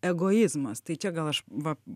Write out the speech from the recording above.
egoizmas tai čia gal aš va